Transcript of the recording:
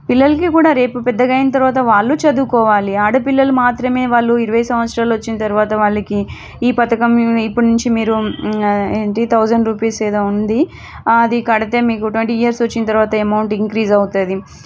పిల్లలకి కూడా రేపు పెద్దగా అయిన తరువాత వాళ్ళు చదువుకోవాలి ఆడ పిల్లలు మాత్రమే వాళ్ళు ఇరవై సంవత్సరాలు వచ్చిన తరువాత వాళ్ళకి ఈ పథకం ఇప్పుడ్నుంచి మీరూ థౌజండ్ రూపీస్ ఏదో ఉంది అది కడితే మీకు ట్వెంటీ ఇయర్స్ వచ్చిన తరువాత అమౌంట్ ఇంక్రీస్ అవుతుంది